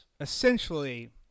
essentially